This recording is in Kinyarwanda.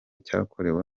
cyakorewe